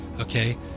okay